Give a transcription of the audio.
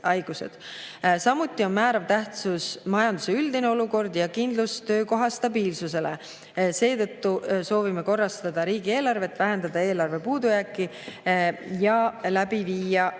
Samuti on määrava tähtsusega majanduse üldine olukord ja kindlus, et töökoht on stabiilne. Seetõttu soovime korrastada riigieelarvet, vähendada eelarve puudujääki ja läbi viia